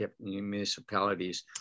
municipalities